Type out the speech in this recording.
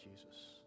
Jesus